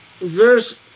verse